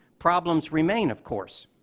problems remain, of course.